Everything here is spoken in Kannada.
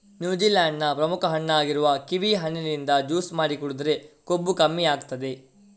ನ್ಯೂಜಿಲೆಂಡ್ ನ ಪ್ರಮುಖ ಹಣ್ಣಾಗಿರುವ ಕಿವಿ ಹಣ್ಣಿನಿಂದ ಜ್ಯೂಸು ಮಾಡಿ ಕುಡಿದ್ರೆ ಕೊಬ್ಬು ಕಮ್ಮಿ ಆಗ್ತದೆ